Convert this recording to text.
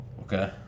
Okay